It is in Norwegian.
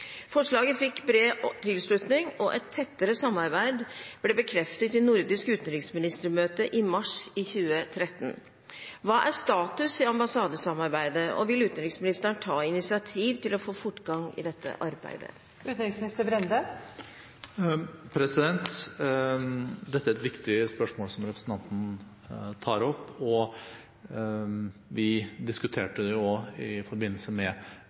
Forslaget fikk bred tilslutning, og et tettere samarbeid ble bekreftet i nordisk utenriksministermøte i mars 2013. Hva er status i ambassadesamarbeidet, og vil utenriksministeren ta initiativ til å få fortgang i arbeidet?» Dette er et viktig spørsmål, som representanten tar opp, og vi diskuterte det jo også i forbindelse med